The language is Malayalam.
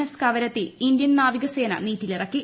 എസ് കവരത്തി ഇന്ത്യൻ നാവികസേന നീറ്റിലിറക്കി